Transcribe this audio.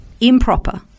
improper